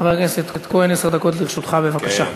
חבר הכנסת כהן, עשר דקות לרשותך, בבקשה.